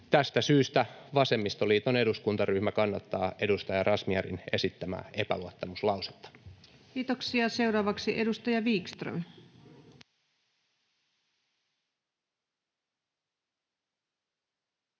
Tästä syystä vasemmistoliiton eduskuntaryhmä kannattaa edustaja Razmyarin esittämää epäluottamuslausetta. [Speech 17] Speaker: Ensimmäinen